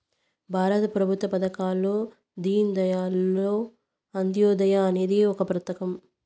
భారత ప్రభుత్వ పథకాల్లో దీన్ దయాళ్ అంత్యోదయ అనేది ఒక పథకం